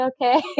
okay